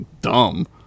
dumb